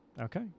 okay